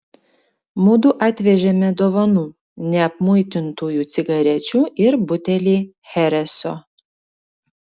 mudu atvežėme dovanų neapmuitintųjų cigarečių ir butelį chereso